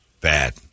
bad